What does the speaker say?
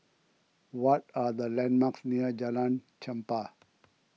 what are the landmarks near Jalan Chempah